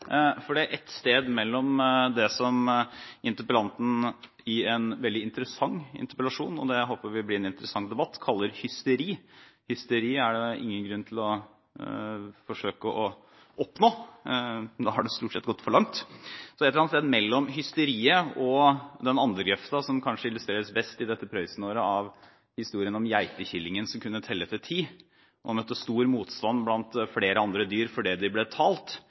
For et sted midt mellom det som interpellanten i en veldig interessant interpellasjon, og jeg håper det vil bli en interessant debatt, kaller hysteri – hysteri er det ingen grunn til å forsøke å oppnå, da har det stort sett gått for langt – og den andre grøfta, som kanskje illustreres best i dette Prøysen-året av historien om geitekillingen som kunne telle til ti, og møtte stor motstand blant flere andre dyr fordi de ble talt,